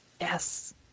Yes